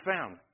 found